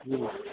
হুম